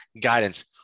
guidance